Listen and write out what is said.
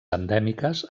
endèmiques